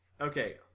Okay